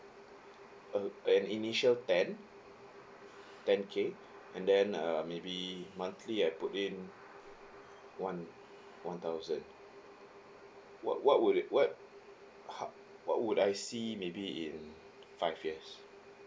uh an initial ten ten K and then uh maybe monthly I put in one one thousand what what would it what how what would I see maybe in five years